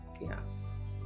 yes